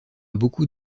beaucoup